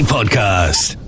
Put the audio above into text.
Podcast